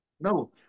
No